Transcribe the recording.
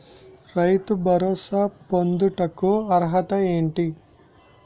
రైతు భరోసా పొందుటకు అర్హత ఏంటి?